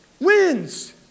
Wins